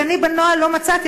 כי אני בנוהל לא מצאתי,